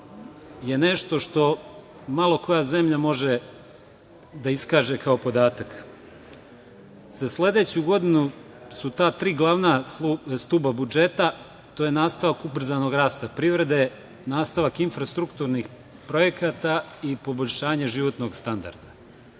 je nešto što malo koja zemlja može da iskaže kao podatak. Za sledeću godinu su ta tri glavna stuba budžeta. To je nastavak ubrzanog rasta privrede, nastavak infrastrukturnih projekata i poboljšanje životnog standarda.